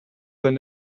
their